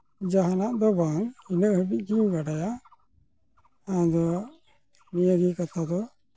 ᱡᱟᱦᱟᱸᱱᱟᱜ ᱫᱚ ᱵᱟᱝ ᱤᱱᱟᱹᱜ ᱦᱟᱹᱵᱤᱡ ᱜᱤᱧ ᱵᱟᱰᱟᱭᱟ ᱟᱫᱚ ᱱᱤᱭᱟᱹ ᱜᱮ ᱠᱟᱛᱷᱟ ᱫᱚ